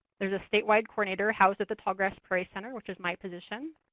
there's a state-wide coordinator housed at the tallgrass prairie center, which is my position.